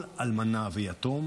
"כל אלמנה ויתום